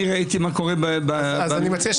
אני ראיתי מה קורה -- אז אני מציע שתתייחס